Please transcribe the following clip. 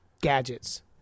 Gadgets